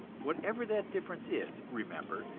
whatever that difference is, remember,